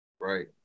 right